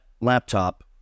laptop